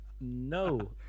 no